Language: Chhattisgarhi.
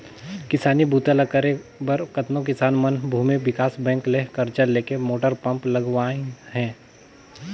किसानी बूता ल करे बर कतनो किसान मन भूमि विकास बैंक ले करजा लेके मोटर पंप लगवाइन हें